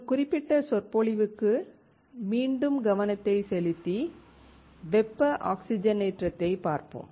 இந்த குறிப்பிட்ட சொற்பொழிவுக்கு மீண்டும் கவனத்தை செலுத்தி வெப்ப ஆக்ஸிஜனேற்றத்தைப் பார்ப்போம்